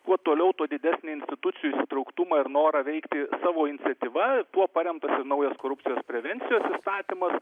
kuo toliau tuo didesnį institucijų įsitrauktumą ir norą veikti savo iniciatyva tuo paremtas naujas korupcijos prevencijos įstatymas